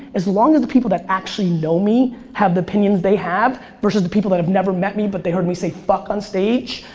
as long as the people that actually know me have the opinions they have, versus the people that have never met me, but they heard me say fuck on stage.